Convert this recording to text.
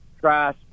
trash